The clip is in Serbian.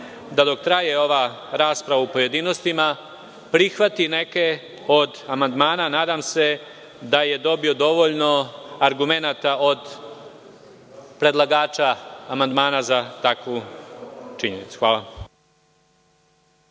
da dok traje ova rasprava u pojedinostima prihvati neke od amandmana. Nadam se da je dobio dovoljno argumenata od predlagača amandmana za takvu činjenicu. Hvala.